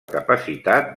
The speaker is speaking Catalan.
capacitat